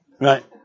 Right